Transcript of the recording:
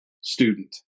student